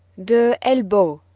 d' elbow,